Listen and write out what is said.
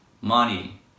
money